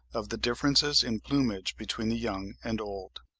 of the differences in plumage between the young and old.